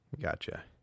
Gotcha